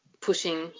pushing